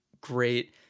great